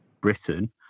Britain